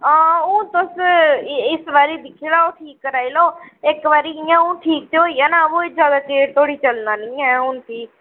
हां हून तुस इस बारी दिक्खी लैओ ठीक कराई लैओ इक्क बारी इ'यां हून ठीक ते होई जाना बा जादा चिर धोड़ी चलना निं ऐं हून भी